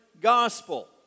gospel